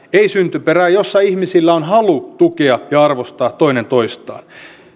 ei syntyperää ja jossa ihmisillä on halu tukea ja arvostaa toinen toistaan